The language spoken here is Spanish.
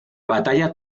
batalla